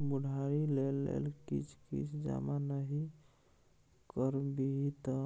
बुढ़ारी लेल किछ किछ जमा नहि करबिही तँ